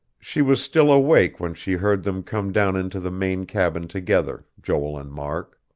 she was still awake when she heard them come down into the main cabin together, joel and mark.